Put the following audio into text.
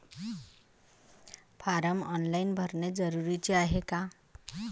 Form online भरने जरुरीचे हाय का?